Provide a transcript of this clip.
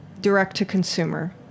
direct-to-consumer